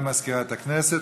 תודה למזכירת הכנסת.